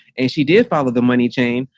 and she did follow the money chain,